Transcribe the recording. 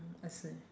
mm I see